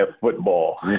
football